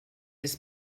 ist